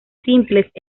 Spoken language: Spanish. simples